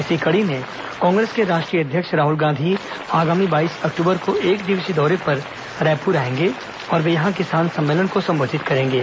इसी कड़ी में कांग्रेस के राष्ट्रीय अध्यक्ष राहुल गांधी आगामी बाईस अक्टूबर को एकदिवसीय दौरे पर रायपुर आएंगे और किसान सम्मेलन को संबोधित करेंगे